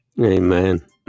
amen